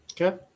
Okay